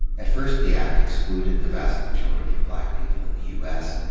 at first the act excluded the vast majority of black people in the u s,